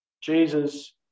Jesus